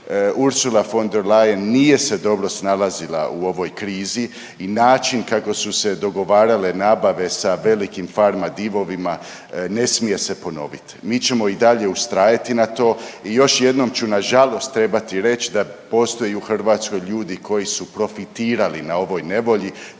Ursula von der Leyen nije se dobro snalazila u ovoj krizi i način kako su se dogovarale nabave sa velikim farma divovima ne smije se ponoviti. Mi ćemo i dalje ustrajati na to i još jednom ću nažalost trebati reć da postoje u Hrvatskoj ljudi koji su profitirali na ovoj nevolji